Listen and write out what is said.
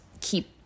keep